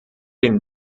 den